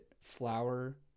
flour